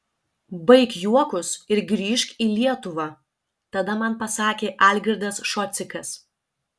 baik juokus ir grįžk į lietuvą tada man pasakė algirdas šocikas